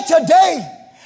today